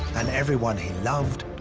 and everyone he loved,